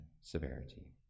severity